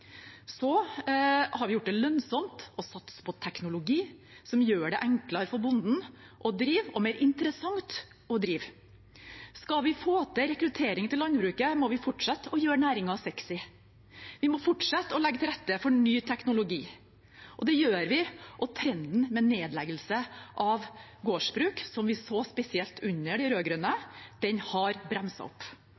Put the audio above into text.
har vi gjort det lønnsomt å satse på teknologi som gjør det enklere for bonden å drive og mer interessant å drive. Skal vi få til rekruttering til landbruket, må vi fortsette å gjøre næringen sexy. Vi må fortsette å legge til rette for ny teknologi, og det gjør vi. Trenden med nedleggelse av gårdsbruk, som vi så spesielt under de